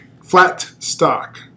Flatstock